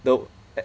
the